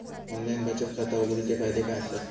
Online बचत खाता उघडूचे फायदे काय आसत?